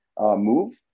move